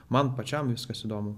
man pačiam viskas įdomu